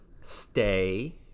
stay